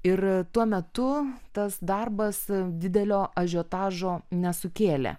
ir tuo metu tas darbas didelio ažiotažo nesukėlė